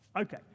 Okay